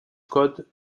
code